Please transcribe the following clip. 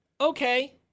Okay